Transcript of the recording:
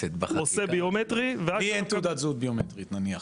עושה ביומטרי ואז --- לי אין תעודת זהות ביומטרית נניח,